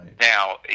Now